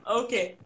okay